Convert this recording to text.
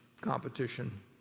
competition